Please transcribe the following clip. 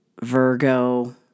Virgo